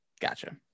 Gotcha